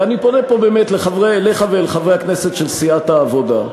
ואני פונה פה באמת אליך ואל חברי הכנסת של סיעת העבודה.